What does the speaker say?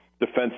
Defense